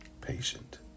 patient